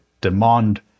demand